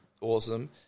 Awesome